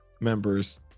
members